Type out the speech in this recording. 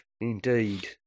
indeed